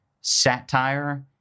satire